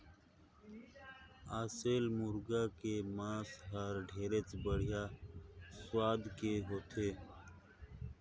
असेल मुरगा के मांस हर ढेरे बड़िहा सुवाद के होथे